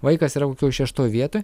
vaikas yra kokioj šeštoj vietoj